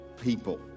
people